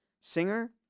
singer